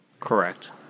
correct